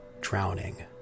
drowning